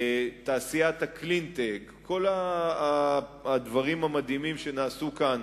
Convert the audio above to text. תעשיית הקלין-טק, כל הדברים המדהימים שנעשו כאן